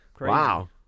Wow